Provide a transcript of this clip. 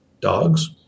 dogs